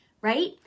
right